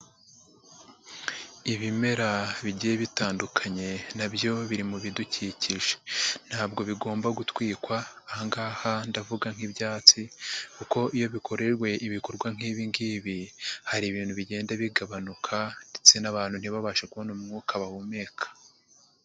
Ibimera bigiye bitandukanye na byo biri mu bidukikije. Ntabwo bigomba gutwikwa, aha ngaha ndavuga nk'ibyatsi kuko iyo bikorewe ibikorwa nk'ibi ngibi, hari ibintu bigenda bigabanuka ndetse n'abantu ntibabashe kubona umwuka bahumeka.